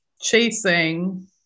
chasing